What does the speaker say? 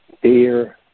Fear